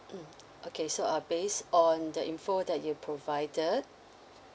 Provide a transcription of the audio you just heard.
mm okay so uh based on the info that you provided